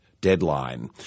deadline